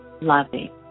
loving